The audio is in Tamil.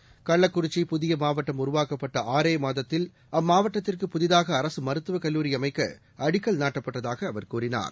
செகண்ட்ஸ் கள்ளக்குறிச்சி புதிய மாவட்டம் உருவாக்கப்பட்ட ஆறே மாதத்தில் அம்மாவட்டத்திற்கு புதிதாக அரசு மருத்துவக் கல்லூரி அமைக்க அடிக்கல் நாட்டப்பட்டதாக அவர் கூறினார்